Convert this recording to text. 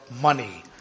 money